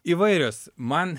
įvairios man